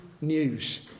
news